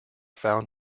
found